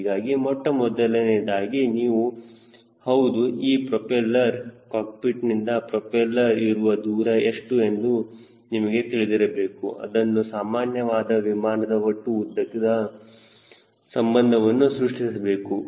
ಹೀಗಾಗಿ ಮೊಟ್ಟಮೊದಲನೆಯದಾಗಿ ನಿಮಗೆ ಹೌದು ಇದು ಪ್ರೊಪೆಲ್ಲರ್ ಕಾಕ್ಪಿಟ್ ನಿಂದ ಪ್ರೊಪೆಲ್ಲರ್ ಇರುವ ದೂರ ಎಷ್ಟು ಎಂದು ನಿಮಗೆ ತಿಳಿದಿರಬೇಕು ಅದನ್ನು ಸಾಮಾನ್ಯವಾದ ವಿಮಾನದ ಒಟ್ಟು ಉದ್ದಕ್ಕೆ ಸಂಬಂಧವನ್ನು ಸೃಷ್ಟಿಸಬೇಕು